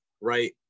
right